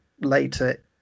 later